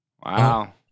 Wow